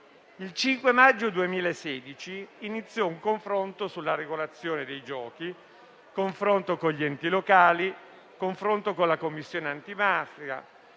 Il 5 maggio 2016 iniziò un confronto sulla regolazione dei giochi, con gli enti locali e con la Commissione antimafia: